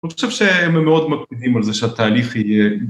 אני חושב שהם מאוד מקפידים על זה שהתהליך יהיה...